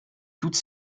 toutes